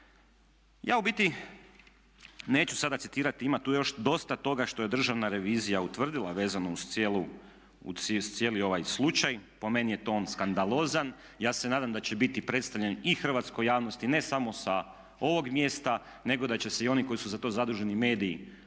Ja u biti neću sada citirati, ima tu još dosta toga što je državna revizija utvrdila vezano uz cijeli ovaj slučaj, po meni je to on skandalozan. Ja se nadam da će biti predstavljen i hrvatskoj javnosti ne samo sa ovog mjesta nego da će se i oni koji su za to zaduženi mediji